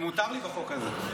מותר לי בחוק הזה.